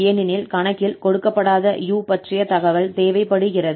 ஏனெனில் கணக்கில் கொடுக்கப்படாத 𝑢 பற்றிய தகவல் தேவைப்படுகிறது